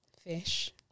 fish